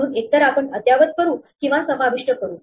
म्हणून एकतर आपण अद्यावत करू किंवा समाविष्ट करू